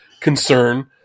concern